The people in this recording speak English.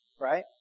right